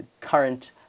current